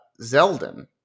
Zeldin